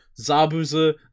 Zabuza